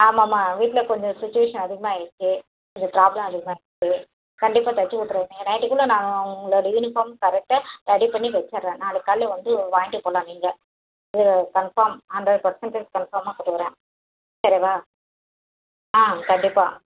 ஆமாம் ஆமாம் வீட்டில கொஞ்சம் சுச்சிவேஷன் அதிகமாயிட்ச்சு இது ப்ராப்ளம் அதிகமாக இருக்குது கண்டிப்பாக தைச்சி கொடுத்துருவேன் இன்னைக்கு நைட்டுக்குள்ள நான் உங்களோட யூனிஃபார்ம் கரெக்டாக ரெடி பண்ணி வச்சிடுறேன் நாளைக்கு காலைலே வந்து வாங்கிட்டு போகலாம் நீங்கள் இது கன்ஃபார்ம் ஹண்ட்ரட் பர்ஸண்ட் டேஜ் கன்ஃபார்மாக கொடுக்குறேன் சரியாப்பா ஆ கண்டிப்பாக